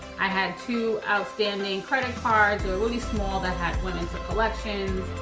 i had two outstanding credit cards. they were really small that have went into collections.